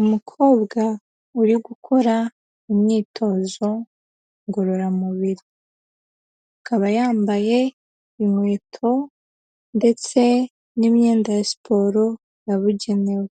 Umukobwa uri gukora imyitozo ngororamubiri, akaba yambaye inkweto ndetse n'imyenda ya siporo yabugenewe,